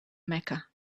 mecca